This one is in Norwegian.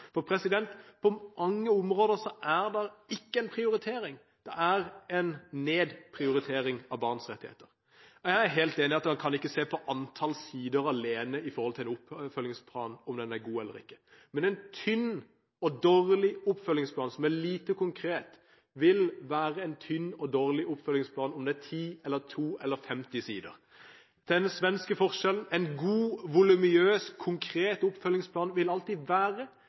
På mange områder er det ikke en prioritering, det er en nedprioritering av barns rettigheter. Jeg er helt enig i at man ikke kan se på antall sider alene med hensyn til om en oppfølgingsplan er god eller ikke. Men en tynn og dårlig oppfølgingsplan, som er lite konkret, vil være en tynn og dårlig oppfølgingsplan om den er på 2, 10 eller 50 sider. En god, voluminøs og konkret oppfølgingsplan vil alltid være en god og konkret oppfølgingsplan,